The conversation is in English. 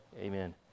amen